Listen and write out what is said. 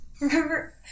Remember